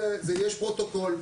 יש פרוטוקול,